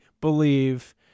believe –